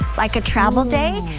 like a travel day.